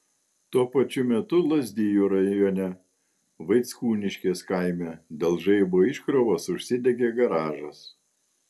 tuo pačiu metu lazdijų rajone vaickūniškės kaime dėl žaibo iškrovos užsidegė garažas